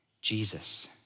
Jesus